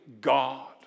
God